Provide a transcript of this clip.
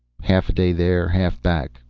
half a day there half back.